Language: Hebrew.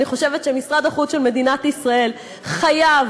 אני חושבת שמשרד החוץ של מדינת ישראל חייב,